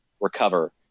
recover